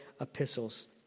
epistles